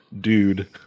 dude